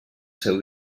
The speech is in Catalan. seu